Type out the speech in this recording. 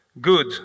Good